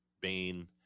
Bane